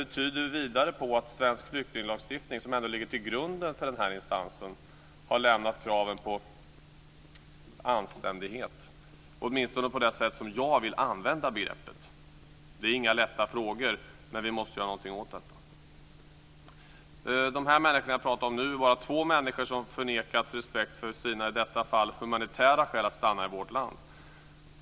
Det tyder vidare på att den svenska flyktinglagstiftningen, som ändå ligger till grund för den här instansen, har lämnat kraven på anständighet, åtminstone på det sätt som jag vill använda begreppet. Det är inga lätta frågor, men vi måste göra någonting åt detta. De människor jag pratat om nu är bara två människor som förnekats respekt för sina, i detta fall humanitära, skäl att stanna i vårt land.